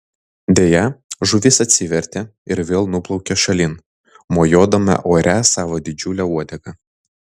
deja žuvis atsivertė ir vėl nuplaukė šalin mojuodama ore savo didžiule uodega